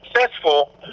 successful